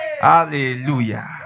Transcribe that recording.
Hallelujah